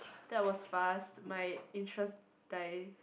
that was fast my interest die